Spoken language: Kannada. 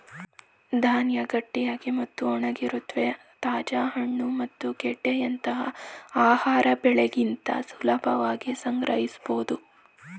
ಧಾನ್ಯ ಗಟ್ಟಿಯಾಗಿ ಮತ್ತು ಒಣಗಿರುತ್ವೆ ತಾಜಾ ಹಣ್ಣು ಮತ್ತು ಗೆಡ್ಡೆಯಂತ ಆಹಾರ ಬೆಳೆಗಿಂತ ಸುಲಭವಾಗಿ ಸಂಗ್ರಹಿಸ್ಬೋದು